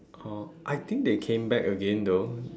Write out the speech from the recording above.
oh I think they came back again though